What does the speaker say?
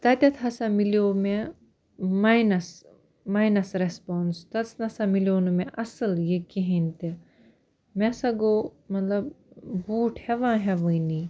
تَتیٚتھ ہَسا میلیٛو مےٚ ماینَس ماینَس ریٚسپوٛانٕس تَتھ نَہ سا میلیٛو نہٕ مےٚ اصٕل یہِ کِہیٖنۍ تہِ مےٚ ہسا گوٚو مطلب بوٗٹھ ہیٚوان ہیٚوانٲنی